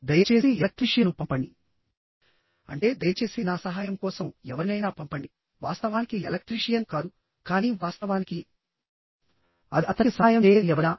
దయచేసి ఎలక్ట్రీషియన్ను పంపండి అంటే దయచేసి నా సహాయం కోసం ఎవరినైనా పంపండి వాస్తవానికి ఎలక్ట్రీషియన్ కాదుకానీ వాస్తవానికి అది అతనికి సహాయం చేయగల ఎవరైనా